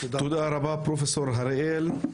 תודה רבה פרופסור הראל.